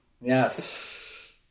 Yes